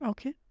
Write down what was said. Okay